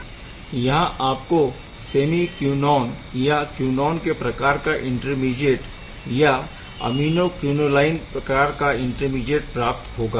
यहाँ आपको semiquinone या क्यूनॉन के प्रकार का इंटरमीडीऐट या ऐमीनोक्यूनोलाइन प्रकार का इंटरमीडीऐट प्राप्त होगा